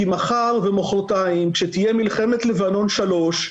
כי מחר ומחרתיים כשתהיה מלחמת לבנון 3,